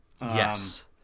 Yes